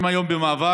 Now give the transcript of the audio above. הם היום במאבק.